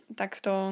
takto